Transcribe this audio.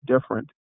different